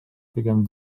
pigem